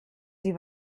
sie